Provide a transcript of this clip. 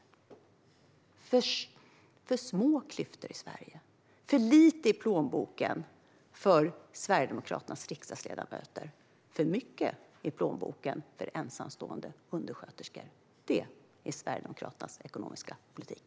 Det är för små klyftor i Sverige. Det är för lite i plånboken för Sverigedemokraternas riksdagsledamöter. Det är för mycket i plånboken för ensamstående undersköterskor. Det är Sverigedemokraternas ekonomiska politik.